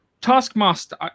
Taskmaster